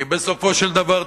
כי בסופו של דבר,